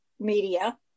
media